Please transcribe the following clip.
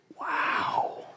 Wow